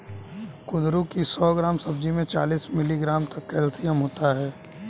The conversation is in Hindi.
कुंदरू की सौ ग्राम सब्जी में चालीस मिलीग्राम तक कैल्शियम होता है